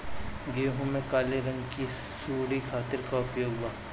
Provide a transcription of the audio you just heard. गेहूँ में काले रंग की सूड़ी खातिर का उपाय बा?